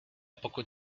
pokud